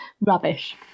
Rubbish